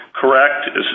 correct